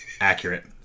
Accurate